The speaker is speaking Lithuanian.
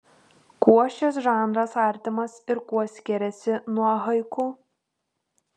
kuo šis žanras artimas ir kuo skiriasi nuo haiku